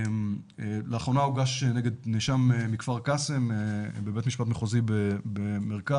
לאחרונה הוגש נגד נאשם מכפר קאסם בבית משפט מחוזי במרכז